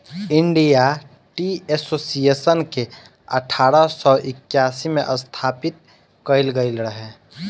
India tea association के अठारह सौ इक्यासी में स्थापित कईल गईल रहे